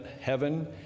HEAVEN